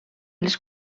les